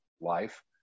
life